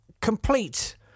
complete